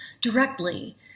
directly